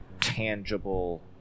tangible